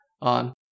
on